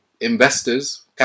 investors